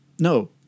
No